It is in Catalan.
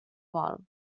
vol